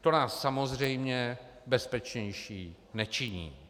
To nás samozřejmě bezpečnější nečiní.